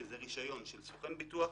שזה רישיון של סוכן ביטוח,